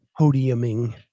podiuming